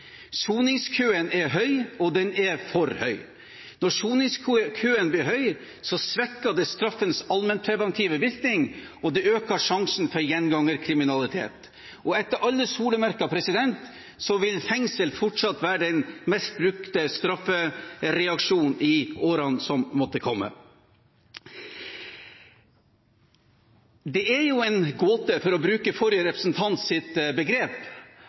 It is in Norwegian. Soningskøen er lang – for lang. Når soningskøen blir lang, svekker det straffens allmennpreventive virkning, og det øker faren for gjengangerkriminalitet, og etter alle solemerker vil fengsel fortsatt være den mest brukte straffereaksjonen i årene som måtte komme. Det er jo en gåte, for å bruke forrige representants begrep,